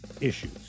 issues